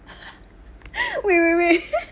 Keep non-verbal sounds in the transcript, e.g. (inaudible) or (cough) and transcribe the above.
(laughs) wait wait wait (laughs)